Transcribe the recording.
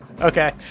Okay